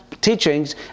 teachings